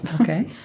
Okay